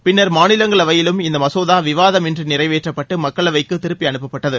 பின்னர் மாநிலங்களவையிலும் இந்த மசோதா விவாதம் இன்றி நிறைவேற்றப்பட்டு மக்களவைக்கு திருப்பி அனுப்பப்பட்டது